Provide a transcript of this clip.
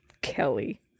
Kelly